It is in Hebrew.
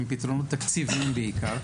הן פתרונות תקציביים בעיקר,